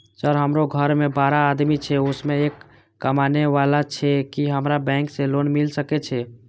Sir हमरो घर में बारह आदमी छे उसमें एक कमाने वाला छे की हमरा बैंक से लोन मिल सके छे?